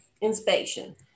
inspection